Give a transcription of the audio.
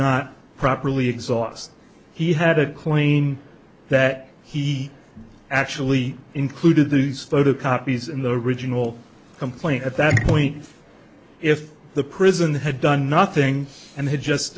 not properly exhaust he had a claim that he actually included these photocopies in the original complaint at that point if the prison had done nothing and he just